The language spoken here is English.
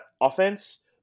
offense